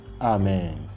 amen